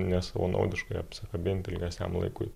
nesavanaudiškai apsikabinti ilgesniam laikui